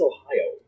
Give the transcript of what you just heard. Ohio